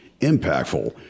impactful